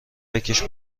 بکـش